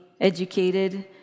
educated